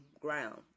ground